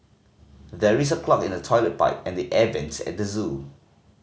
there is a clog in the toilet pipe and the air vents at the zoo